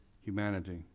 humanity